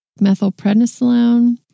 methylprednisolone